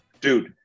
dude